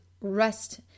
rest